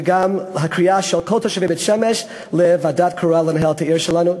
וגם הקריאה של כל תושבי בית-שמש לוועדה קרואה למינהל התקין שלנו.